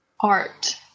art